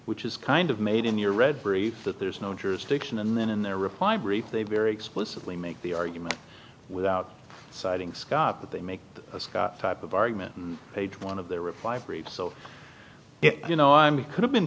which is kind of made in your read brief that there's no jurisdiction and then in their reply brief they very explicitly make the argument without citing scott that they make a scott type of argument and page one of their reply brief so you know i'm he could have been